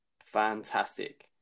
Fantastic